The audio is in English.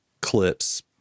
clips